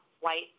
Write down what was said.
white